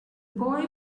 boy